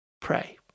pray